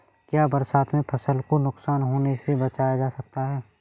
क्या बरसात में फसल को नुकसान होने से बचाया जा सकता है?